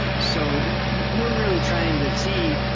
so we're really trying to see